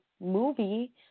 movie